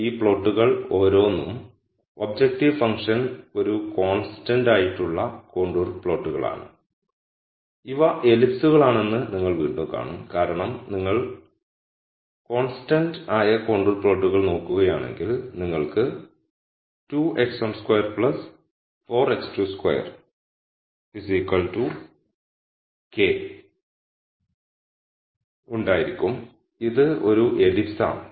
ഈ പ്ലോട്ടുകൾ ഓരോന്നും ഒബ്ജക്റ്റീവ് ഫംഗ്ഷൻ ഒരു കോൺസ്റ്റന്റ് ആയിട്ടുള്ള കോണ്ടൂർ പ്ലോട്ടുകളാണ് ഇവ എലിപ്സുകൾ ellipses ആണെന്ന് നിങ്ങൾ വീണ്ടും കാണും കാരണം നിങ്ങൾ കോൺസ്റ്റന്റ് ആയ കോണ്ടൂർ പ്ലോട്ടുകൾ നോക്കുകയാണെങ്കിൽ നിങ്ങൾക്ക് 2 x12 4 x22 k ഉണ്ടായിരിക്കും ഇത് ഒരു എലിപ്സ് ആണ്